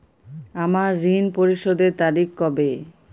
আমার ঋণ পরিশোধের তারিখ কবে?